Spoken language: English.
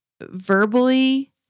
verbally